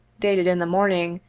dated in the morning,